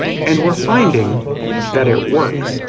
and we're finding that it works.